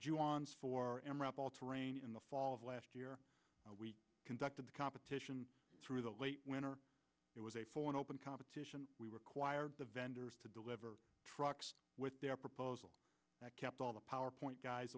on for em up all terrain in the fall of last year we conducted the competition through the late winter it was a full and open competition we required the vendors to deliver trucks with their proposal that kept all the power point guys